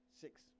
Six